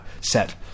set